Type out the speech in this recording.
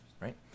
right